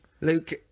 Luke